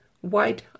white